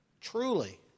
Truly